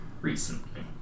recently